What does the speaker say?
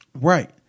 Right